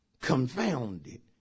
confounded